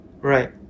Right